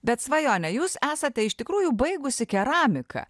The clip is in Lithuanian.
bet svajone jūs esate iš tikrųjų baigusi keramiką